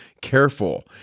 careful